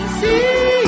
see